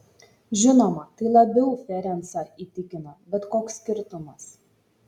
žinoma tai labiau ferencą įtikina bet koks skirtumas